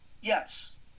Yes